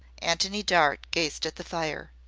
antony dart gazed at the fire.